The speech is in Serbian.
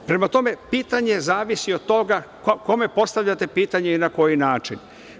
Prema tome, pitanje zavisi od toga kome postavljate pitanje i na koji način.